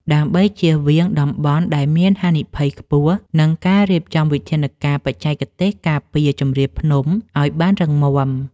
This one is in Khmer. ដើម្បីជៀសវាងតំបន់ដែលមានហានិភ័យខ្ពស់ និងការរៀបចំវិធានការបច្ចេកទេសការពារជម្រាលភ្នំឱ្យបានរឹងមាំ។